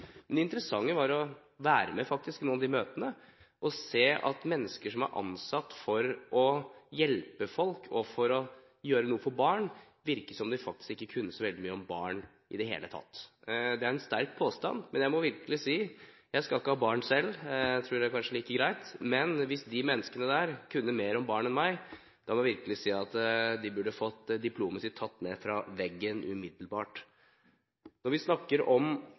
Men det interessante var å være med i noen av de møtene og se at mennesker som er ansatt for å hjelpe folk og for å gjøre noe for barn, virket som de faktisk ikke kunne så veldig mye om barn i det hele tatt. Det er en sterk påstand, men jeg må virkelig si – jeg skal ikke ha barn selv, jeg tror kanskje det er like greit – at hvis de menneskene kunne mer om barn enn meg, burde de fått diplomet sitt tatt ned fra veggen umiddelbart. Når vi snakker om